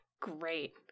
great